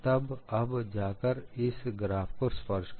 तब अब जाकर इस ग्राफ को स्पर्श करें